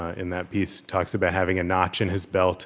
ah in that piece, talks about having a notch in his belt